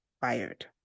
fired